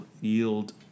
yield